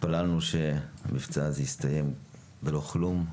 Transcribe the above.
התפללנו שהמבצע הזה יסתיים בלא כלום,